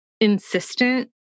insistent